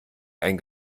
ein